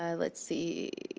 ah let's see,